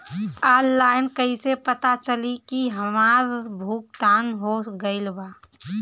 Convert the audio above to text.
Online कईसे पता चली की हमार भुगतान हो गईल बा?